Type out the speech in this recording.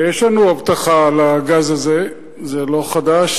יש לנו הבטחה על הגז הזה, זה לא חדש.